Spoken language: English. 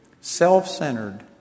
self-centered